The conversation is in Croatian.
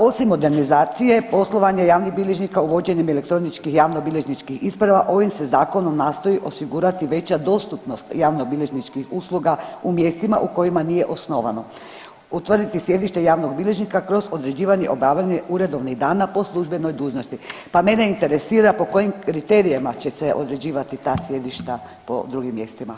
Osim modernizacije poslovanje javnih bilježnika uvođenjem elektroničkih javno bilježničkih isprava ovim se zakonom nastoji osigurati veća dostupnost javno bilježničkih usluga u mjestima u kojima nije osnovano, utvrditi sjedište javnog bilježnika kroz određivanje i obavljanje uredovnih dana po službenoj dužnosti, pa mene interesira po kojim kriterijima će se određivati ta sjedišta po drugim mjestima?